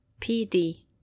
PD